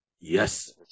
Yes